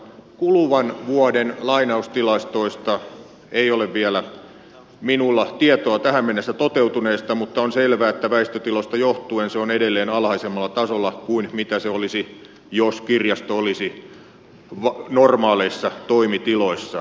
kuluvan vuoden lainaustilastoista tähän mennessä toteutuneista ei ole vielä minulla tietoa mutta on selvää että väistötiloista johtuen se on edelleen alhaisemmalla tasolla kuin se olisi jos kirjasto olisi normaaleissa toimitiloissaan